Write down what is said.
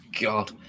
God